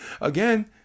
again